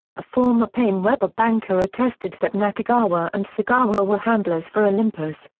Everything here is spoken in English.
a former paine webber banker attested that nakagawa and sagawa were handlers for olympus,